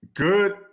Good